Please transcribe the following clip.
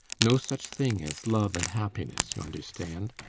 no such thing as love and happiness, you understand.